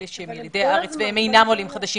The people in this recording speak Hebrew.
אלה שהם ילידי הארץ והם אינם עולים חדשים,